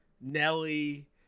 nelly